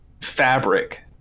fabric